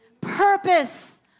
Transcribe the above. purpose